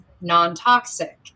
non-toxic